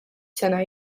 sena